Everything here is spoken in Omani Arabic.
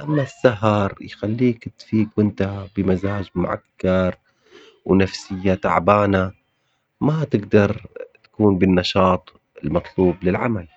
أما السهر بيخليك تفيق وأنت بمزاج معكر ونفسية تعبانة ما تقدر تكون بالنشاط المطلوب للعمل,